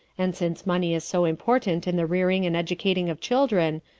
and since money is so important in the rearing and educating of children,